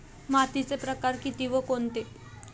मातीचे प्रकार किती व कोणते?